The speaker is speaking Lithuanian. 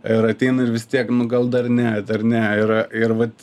ir ateina ir vis tiek nu gal dar ne dar ne yra ir vat